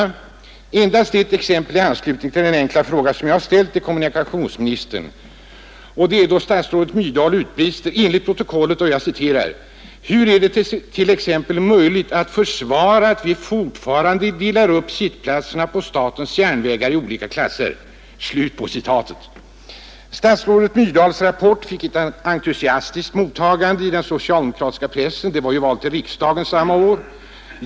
Jag vill endast ge ett exempel i anslutning till den enkla fråga som jag ställt till kommunikationsministern; jag citerar statsrådet Myrdal enligt protokollet: ”Och hur är det t.ex. möjligt att försvara att vi fortfarande delar upp sittplatserna på statens egna järnvägar i olika klasser? ” Statsrådet Myrdals rapport fick ett entusiastiskt mottagande i den socialdemokratiska pressen. Det var val till riksdagen samma år.